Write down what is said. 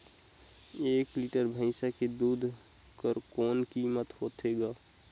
एक लीटर भैंसा के दूध कर कौन कीमत होथे ग?